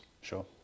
sure